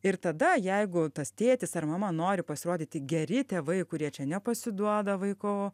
ir tada jeigu tas tėtis ar mama nori pasirodyti geri tėvai kurie čia nepasiduoda vaiko